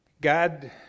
God